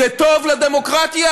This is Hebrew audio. זה טוב לדמוקרטיה?